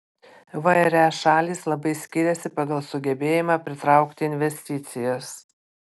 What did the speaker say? vre šalys labai skiriasi pagal sugebėjimą pritraukti investicijas